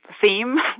theme